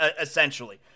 essentially